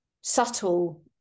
subtle